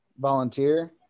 volunteer